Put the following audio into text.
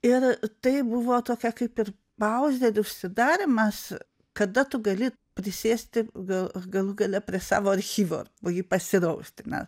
ir tai buvo tokia kaip ir pauzė ir užsidarymas kada tu gali prisėsti ga galų gale prie savo archyvo pasirausti net